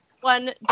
one